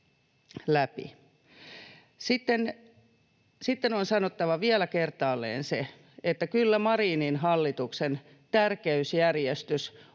Sitten on sanottava vielä kertaalleen se, että kyllä Marinin hallituksen tärkeysjärjestys on